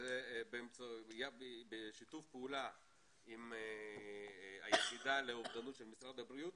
זה בשיתוף פעולה עם היחידה לאובדנות של משרד הבריאות,